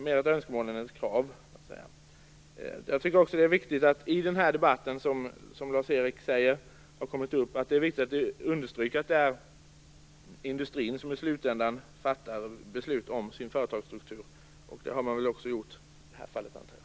Jag tycker också att det är viktigt att i den här debatten understryka att det är industrin som i slutändan fattar beslut om sin företagsstruktur. Det har man väl gjort också i det här fallet, antar jag.